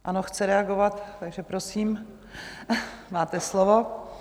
Ano, chce reagovat, takže prosím, máte slovo.